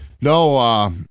no